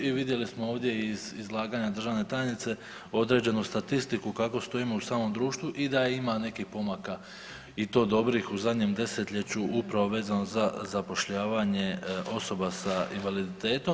I vidjeli smo ovdje iz izlaganja državne tajnice određenu statistiku kako stojimo u samom društvu i da ima nekih pomaka i to dobrih u zadnjem desetljeću upravo vezano za zapošljavanje osoba s invaliditetom.